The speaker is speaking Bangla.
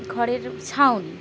খড়ের ছাউনি